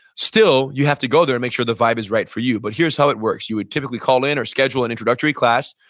still you have to go there and make sure the vibe is right for you. but here's how it works. you would typically call in or schedule an introductory class,